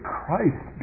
Christ